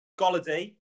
Golladay